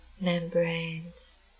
membranes